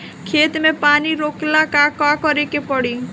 खेत मे पानी रोकेला का करे के परी?